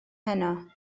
heno